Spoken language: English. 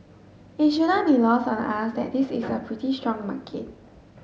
it shouldn't be lost on us that this is a pretty strong market